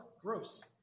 gross